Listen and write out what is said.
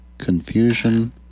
Confusion